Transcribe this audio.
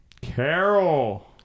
Carol